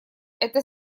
это